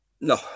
No